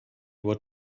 what